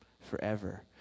forever